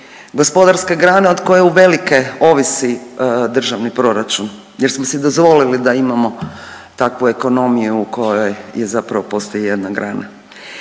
gospodarska grana od koje uvelike ovisni državni proračun jer smo si dozvolili da imamo takvu ekonomiju u kojoj zapravo postoji jedna grana.